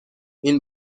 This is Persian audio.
این